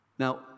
Now